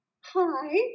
hi